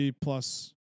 plus